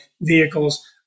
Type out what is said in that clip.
vehicles